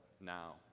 now